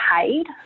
paid